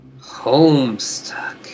Homestuck